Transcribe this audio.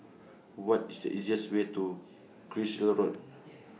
What IS The easiest Way to Carlisle Road